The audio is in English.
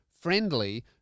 Friendly